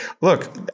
look